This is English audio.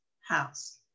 house